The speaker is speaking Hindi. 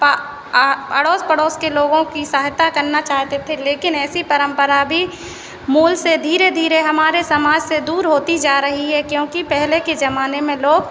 पा आ अड़ोस पड़ोस के लोगों की सहायता करना चाहते थे लेकिन ऐसी परम्परा भी मूल से धीरे धीरे हमारे समाज से दूर होती जा रही है क्योंकि पहले के जमाने में लोग